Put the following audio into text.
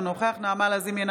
אינו נוכח נעמה לזימי,